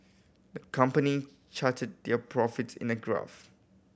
the company charted their profits in a graph